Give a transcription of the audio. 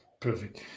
Perfect